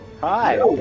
Hi